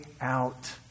out